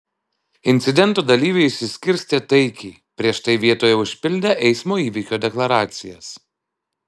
incidento dalyviai išsiskirstė taikiai prieš tai vietoje užpildę eismo įvykio deklaracijas